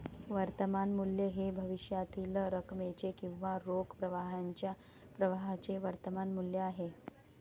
वर्तमान मूल्य हे भविष्यातील रकमेचे किंवा रोख प्रवाहाच्या प्रवाहाचे वर्तमान मूल्य आहे